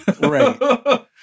Right